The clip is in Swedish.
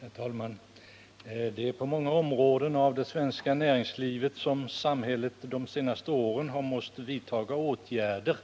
Herr talman! På många områden inom det svenska näringslivet har samhället de senaste åren måst vidta åtgärder